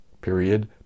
period